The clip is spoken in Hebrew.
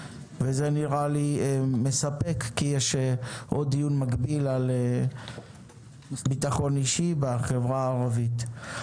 וזה נראה לי מספק כי יש עוד דיון מקביל על ביטחון אישי בחברה הערבית.